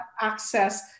access